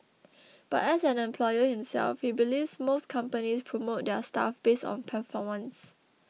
but as an employer himself he believes most companies promote their staff based on performance